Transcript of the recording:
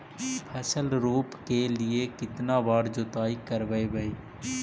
फसल रोप के लिय कितना बार जोतई करबय?